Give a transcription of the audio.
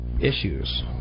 issues